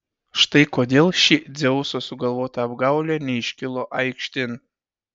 štai kodėl ši dzeuso sugalvota apgaulė neiškilo aikštėn